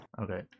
Okay